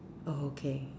oh okay